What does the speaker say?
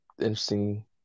interesting